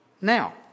Now